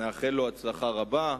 נאחל לו הצלחה רבה.